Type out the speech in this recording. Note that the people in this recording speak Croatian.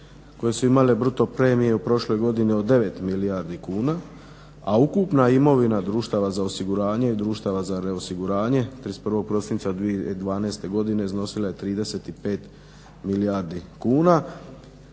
koje su imale bruto premije u prošloj godini od 9 milijardi kuna, a ukupna imovina društava za osiguranje i društava za reosiguranje 31. prosinca 2012. godine iznosila je 35 milijardi kuna.